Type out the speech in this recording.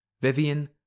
Vivian